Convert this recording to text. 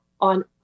on